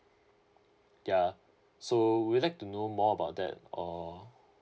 ya so would you like to know more about that or